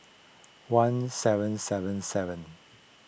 one seven seven seven